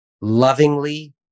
lovingly